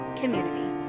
community